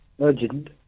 Urgent